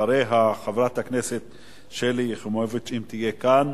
אחריה, חברת הכנסת שלי יחימוביץ, אם תהיה כאן,